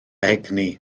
egni